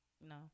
No